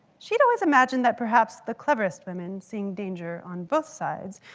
she'd always imagined that perhaps the cleverest women, seeing danger on both sides,